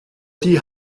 die